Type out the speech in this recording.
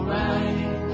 right